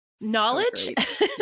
knowledge